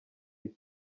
isi